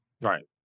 Right